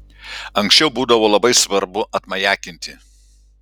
anksčiau būdavo labai svarbu atmajakinti